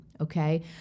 Okay